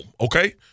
Okay